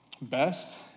best